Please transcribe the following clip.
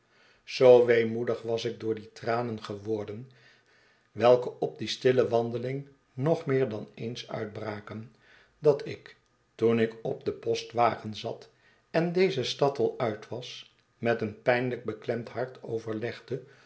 zoo weemoedig was ik door die tranen geworden welke op die stille wandeling nog meer dan eens uitbraken dat ik toen ik op den postwagen zat en deze de stad al uit was met een pijnlijk beklemd hart overlegde of